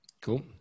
Cool